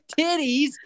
titties